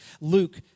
Luke